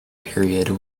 period